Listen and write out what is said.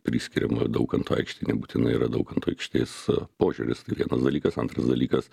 priskiriama daukanto aikštei nebūtinai yra daukanto aikštės požiūris tai vienas dalykas antras dalykas